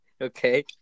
okay